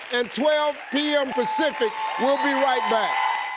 and twelve pm pacific. we'll be right back.